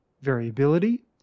variability